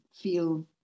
feel